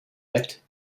wet